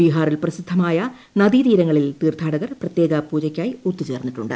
ബീഹാറിൽ പ്രസിദ്ധമായ നദീതീരങ്ങളിൽ തീർത്ഥാടകർ പ്രത്യേക പൂജയ്ക്കായി ഒത്തുചേർന്നിട്ടുണ്ട്